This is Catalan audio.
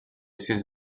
sis